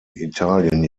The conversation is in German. italien